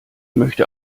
möchte